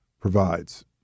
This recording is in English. provides